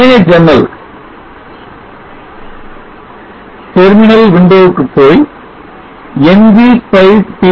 முனைய ஜன்னலுக்குப் போய் ng spice pv